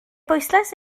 bwyslais